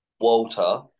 Walter